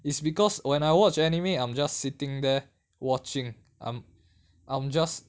it's because when I watch anime I'm just sitting there watching I'm I'm just